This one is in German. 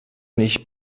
nicht